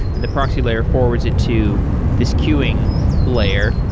and the proxy layer forwards it to this queuing layer,